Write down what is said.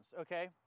okay